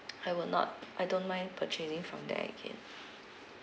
I will not I don't mind purchasing from there again